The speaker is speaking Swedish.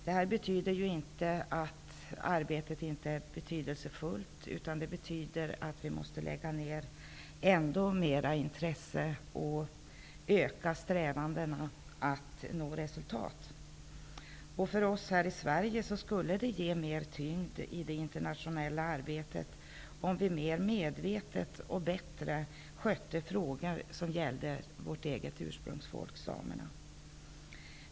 Det här betyder ju inte att arbetet inte är betydelsefullt, utan det betyder att vi måste lägga ner ändå mera intresse och öka strävandena att nå resultat. För oss här i Sverige skulle det ge mer tyngd i det internationella arbetet, om vi mera medvetet och bättre skötte frågor som gäller vårt eget ursprungsfolk, samerna.